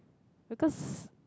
because